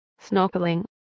snorkeling